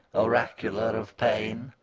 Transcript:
oracular of pain.